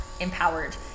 empowered